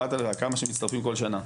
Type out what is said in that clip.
כמה שמצטרפים כל שנה.